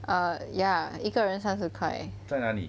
err ya 一个人三十块